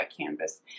canvas